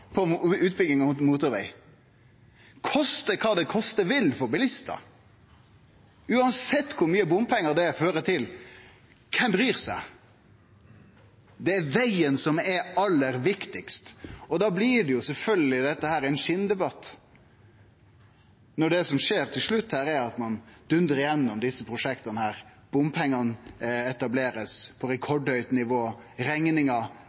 for utbygging av motorveg – koste kva det koste vil for bilistane, uansett kor mykje bompengar det fører til. Kven bryr seg? Det er vegen som er aller viktigast, og da blir dette sjølvsagt ein skindebatt, når det som skjer til slutt, er at ein dundrar gjennom desse prosjekta. Bompengane blir etablert på